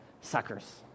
suckers